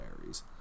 varies